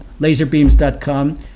laserbeams.com